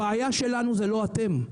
הבעיה שלנו היא לא אתם.